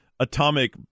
atomic